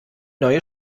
neue